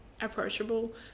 approachable